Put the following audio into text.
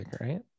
right